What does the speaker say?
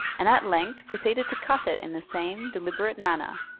and at length proceeded to cut it in the same deliberate manner,